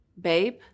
babe